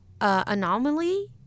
anomaly